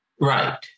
right